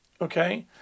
Okay